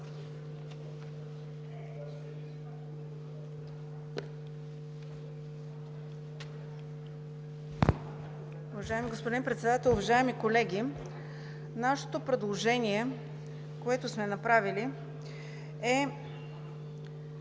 Уважаеми господин Председател, уважаеми колеги! Нашето предложение, което сме направили, е